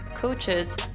Coaches